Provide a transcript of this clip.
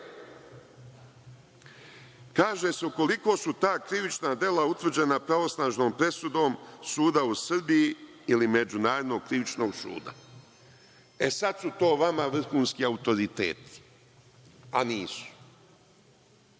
kaže se – ukoliko su ta krivična dela utvrđena pravosnažnom presudom suda u Srbiji ili Međunarodnog krivičnog suda. Sada su to vama vrhunski autoriteti, a nisu.